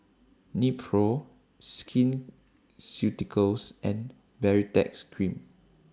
Nepro Skin Ceuticals and Baritex Cream